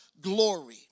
glory